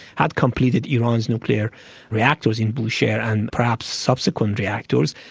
had completed iran's nuclear reactors in bushehr and perhaps subsequent reactors,